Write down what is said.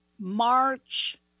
march